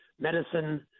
medicine